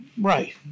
Right